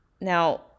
Now